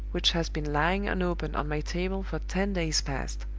which has been lying unopened on my table for ten days past.